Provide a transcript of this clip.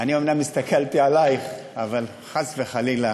אני אומנם הסתכלתי עלייך, אבל חס וחלילה